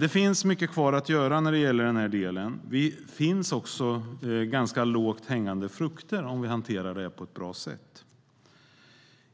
Det finns mycket kvar att göra när det gäller den här delen. Det finns också ganska lågt hängande frukter om vi hanterar det här på ett bra sätt.